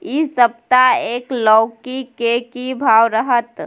इ सप्ताह एक लौकी के की भाव रहत?